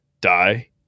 die